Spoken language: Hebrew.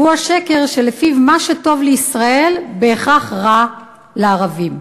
והוא השקר שלפיו מה שטוב לישראל בהכרח רע לערבים.